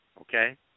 okay